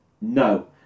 No